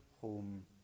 home